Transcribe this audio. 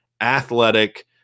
athletic